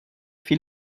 viel